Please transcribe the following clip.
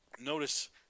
Notice